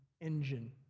engine